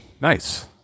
Nice